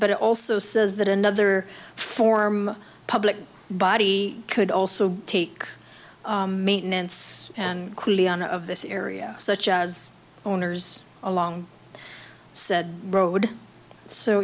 but it also says that another form a public body could also take maintenance and clearly on of this area such as owners along said road so